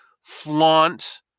flaunt